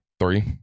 Three